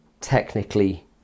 technically